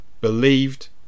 believed